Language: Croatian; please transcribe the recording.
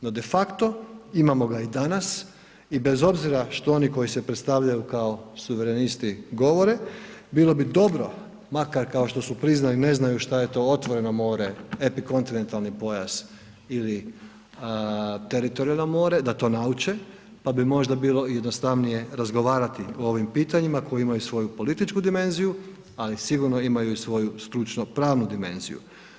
No, de facto imamo ga i danas i bez obzira što oni koji se predstavljaju kao suverenisti govore, bilo bi dobro makar kao što su priznali ne znaju šta je to otvoreno more, epikontinentalni pojas ili teritorijalno more da to nauče, pa bi možda bilo jednostavnije odgovarati o ovim pitanjima koji imaju svoju političku dimenziju, ali sigurno imaju i svoju stručno pravnu dimenziju.